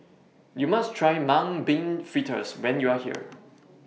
YOU must Try Mung Bean Fritters when YOU Are here